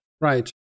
Right